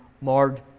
marred